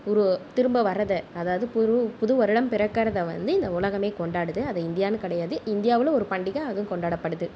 உரு திரும்ப வரதை அதாவது புது வருடம் பிறக்கறதை வந்து இந்த உலகமே கொண்டாடுது அது இந்தயாவுன்னு கிடையாது இந்தியாவில் ஒரு பண்டிகை அதுவும் கொண்டாடப்படுது